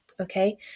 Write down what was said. Okay